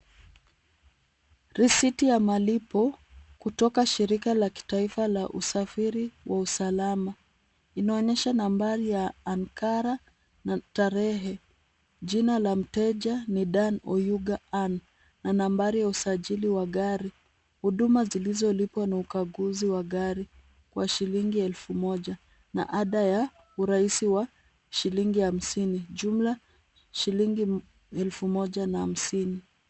Risiti ya malipo kutoka shirika la kitaifa la usafiri wa usalama. Inaonyesha nambari ya ankara na tarehe. Jina la mteja ni Dan Oyuga Ann na nambari ya usajili wa gari. Huduma zilizolipwa na ukaguzi wa gari wa shilingi elfu moja na ada ya urahisi wa shilingi hamsini, jumla shilingi elfu moja na hamsini.